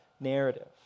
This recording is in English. narrative